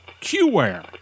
qware